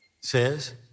says